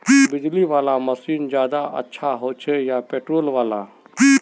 बिजली वाला मशीन ज्यादा अच्छा होचे या पेट्रोल वाला?